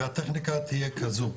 והטכניקה תהיה כזו,